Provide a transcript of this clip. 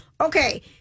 Okay